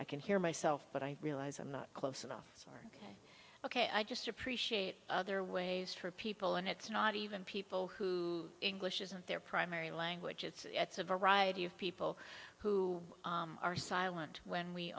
i can hear myself but i realize i'm not close enough so ok i just appreciate other ways for people and it's not even people who english isn't their primary language it's a variety of people who are silent when we